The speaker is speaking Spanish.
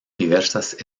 diversas